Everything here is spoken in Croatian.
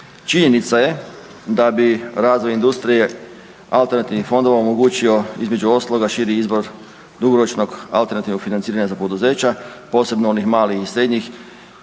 Činjenica je da bi razvoj industrije alternativnih fondova omogućio između ostaloga širi izbor dugoročnog alternativnog financiranja za poduzeća, posebno onih malih i srednjih